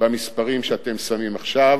במספרים שאתם שמים עכשיו,